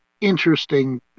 interesting